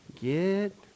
Get